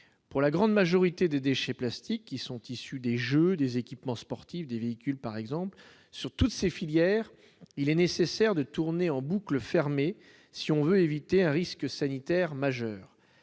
pour la grande majorité des déchets plastiques qui sont issus des jeux, des équipements sportifs, des véhicules, par exemple, sur toutes ces filières, il est nécessaire de tourner en boucle fermée si on veut éviter un risque sanitaire majeur